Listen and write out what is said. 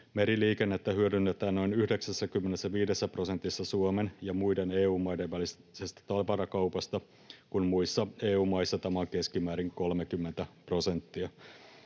Meriliikennettä hyödynnetään noin 95 prosentissa Suomen ja muiden EU-maiden välisestä tavarakaupasta, kun muissa EU-maissa tämä on keskimäärin 30 prosenttia.